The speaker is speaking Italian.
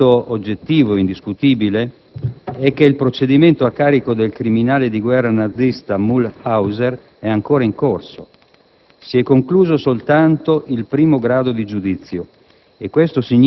Il fatto oggettivo indiscutibile è che il procedimento a carico del criminale di guerra nazista Mühlhauser è ancora in corso; si è concluso soltanto il primo grado di giudizio.